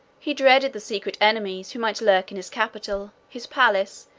he dreaded the secret enemies, who might lurk in his capital, his palace,